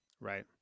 Right